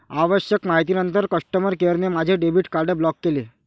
आवश्यक माहितीनंतर कस्टमर केअरने माझे डेबिट कार्ड ब्लॉक केले